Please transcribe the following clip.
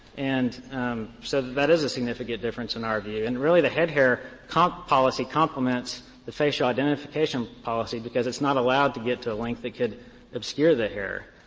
and so that is a significant difference in our view. and really the head-hair policy complements the facial identification policy because it's not allowed to get to length that could obscure the hair